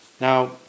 Now